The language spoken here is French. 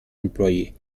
employé